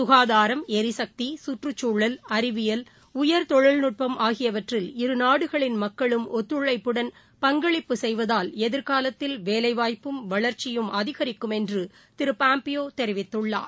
சுகாதாரம் எரிசக்தி சுற்றுக்சூழல் அறிவியல் உயா்தொழில்நுட்பம் ஆகியவற்றில் இருநாடுகளின் மக்களும் ஒத்தழைப்புடன் பங்களிப்பு செய்வதால் எதிர்காலத்தில் வேலைவாய்ப்பும் வளர்ச்சியும் அதிகரிக்கும் என்றுதிருபாம்பியோதெரிவித்துள்ளார்